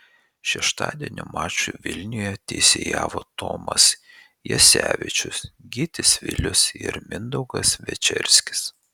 šeštadienio mačui vilniuje teisėjavo tomas jasevičius gytis vilius ir mindaugas večerskis